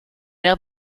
mer